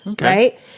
right